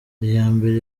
iyambere